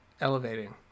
elevating